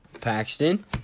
Paxton